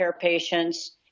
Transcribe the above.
patients